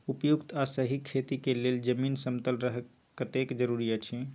उपयुक्त आ सही खेती के लेल जमीन समतल रहब कतेक जरूरी अछि?